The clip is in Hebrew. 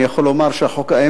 אני יכול לומר שהחוק נכון,